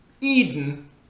Eden